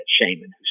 shaman